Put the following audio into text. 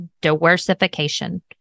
diversification